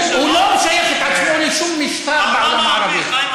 הוא לא משייך את עצמו לשום משטר בעולם הערבי,